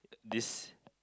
this